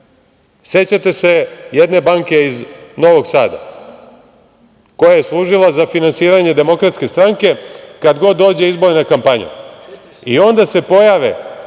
se jedne banke iz Novog Sada koja je služila za finansiranje Demokratske stranke kada god dođe izborna kampanja. I onda se pojave